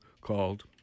called